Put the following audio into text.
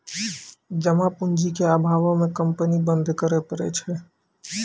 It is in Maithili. जमा पूंजी के अभावो मे कंपनी बंद करै पड़ै छै